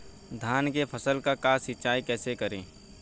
धान के फसल का सिंचाई कैसे करे?